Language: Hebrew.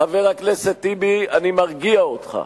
חבר הכנסת טיבי, אני מרגיע אותך: